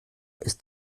ist